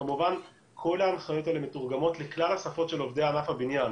וכמובן שכל ההנחיות האלה מתורגמות לכלל השפות של עובדי ענף הבנייה,